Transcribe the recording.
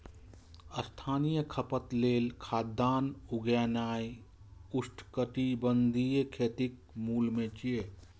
स्थानीय खपत लेल खाद्यान्न उगेनाय उष्णकटिबंधीय खेतीक मूल मे छै